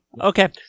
Okay